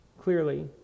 clearly